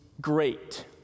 great